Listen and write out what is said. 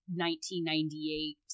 1998